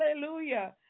Hallelujah